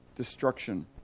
destruction